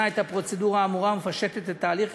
את הפרוצדורה האמורה ומפשטת את ההליך,